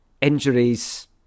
injuries